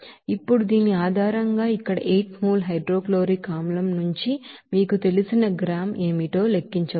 ఇప్పుడు దీని ఆధారంగా ఇక్కడ 8 మోల్ హైడ్రోక్లోరిక్ ఆసిడ్ నుంచి మీకు తెలిసిన గ్రామ్ ఏమిటో మీరు లెక్కించవచ్చు